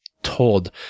told